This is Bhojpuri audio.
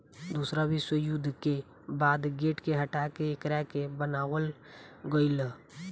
दूसरा विश्व युद्ध के बाद गेट के हटा के एकरा के बनावल गईल